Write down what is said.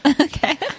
okay